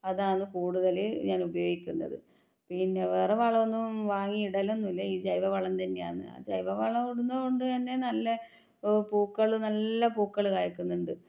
അതാണ് കൂടുതൽ ഞാൻ ഉപയോഗിക്കുന്നത് പിന്നെ വേറെ വളമൊന്നും വാങ്ങി ഇടലൊന്നും ഇല്ല ഈ ജൈവ വളം തന്നെയാണ് ജൈവ വളം ഇടുന്നത്കൊണ്ടന്നെ നല്ല പൂക്കൾ നല്ല പൂക്കൾ കായ്ക്കുന്നുണ്ട്